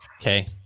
Okay